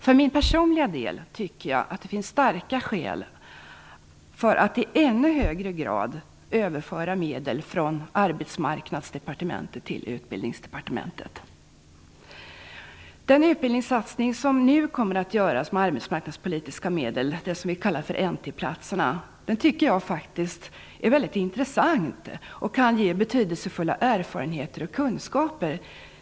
För min personliga del tycker jag att det finns starka skäl för att i ännu högre grad överföra medel från Arbetsmarknadsdepartementet till Utbildningsdepartementet. Den utbildningssatsning som nu kommer att göras med arbetsmarknadspolitiska medel, de s.k. NT platserna, är mycket intressant och kan ge betydelsefulla erfarenheter och kunskaper.